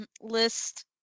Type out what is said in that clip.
list